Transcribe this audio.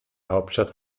hauptstadt